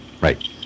Right